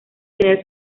tener